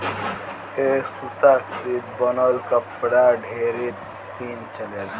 ए सूता से बनल कपड़ा ढेरे दिन चलेला